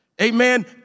Amen